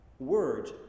Words